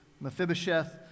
Mephibosheth